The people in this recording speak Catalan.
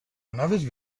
anaves